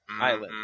Island